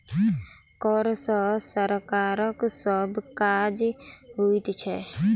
कर सॅ सरकारक सभ काज होइत छै